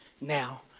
now